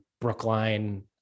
brookline